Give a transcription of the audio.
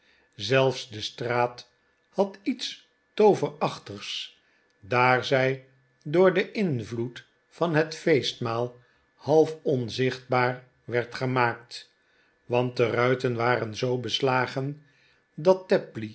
zelfs de straat had iets too verachtigs daar zij door den invloed van het feestmaal half onzichtbaar werd gemaakt want de ruiten waren zoo beslagen dat